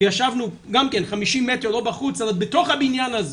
ישבנו גם כן 50 מטר, לא בחוץ, אלא בתוך הבניין הזה